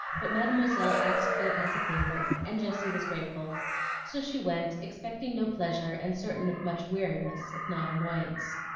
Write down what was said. but mademoiselle asked it as a favor, and jessie was grateful so she went, expecting no pleasure and certain of much weariness, if not annoyance.